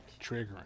triggering